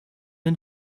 den